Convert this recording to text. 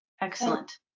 excellent